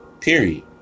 period